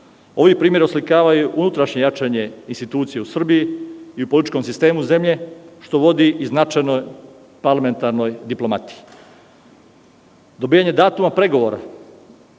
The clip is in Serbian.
Ovi primeri oslikavaju unutrašnje jačanje institucija u Srbiji i u političkom sistemu zemlje što vodi i značajnoj parlamentarnoj diplomatiji. Dobijanje datuma pregovora